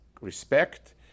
respect